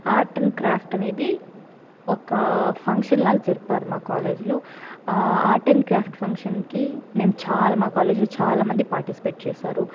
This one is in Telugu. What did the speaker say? ఆర్ట్ అండ్ క్రాఫ్ట్ అనేది ఒక ఫంక్షన్లాగా జరిపారు మా కాలేజ్లో ఆ ఆర్ట్ అండ్ క్రాఫ్ట్ ఫంక్షన్కి మేము చాలా మా కాలేజ్లో చాలా మంది పార్టిసిపేట్ చేశారు